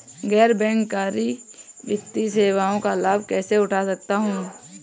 गैर बैंककारी वित्तीय सेवाओं का लाभ कैसे उठा सकता हूँ?